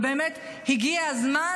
ובאמת הגיע הזמן,